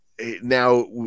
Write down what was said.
Now